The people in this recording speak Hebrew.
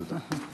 תודה.